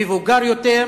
מבוגר יותר,